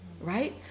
Right